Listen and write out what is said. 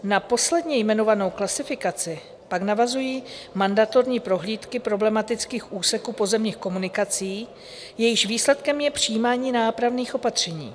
Na posledně jmenovanou klasifikaci pak navazují mandatorní prohlídky problematických úseků pozemních komunikací, jejichž výsledkem je přijímání nápravných opatření.